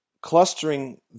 clustering